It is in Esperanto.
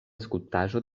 skulptaĵo